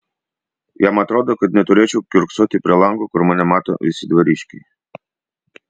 jam atrodo kad neturėčiau kiurksoti prie lango kur mane mato visi dvariškiai